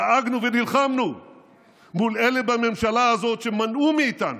דאגנו ונלחמנו מול אלה בממשלה הזאת שמנעו מאיתנו,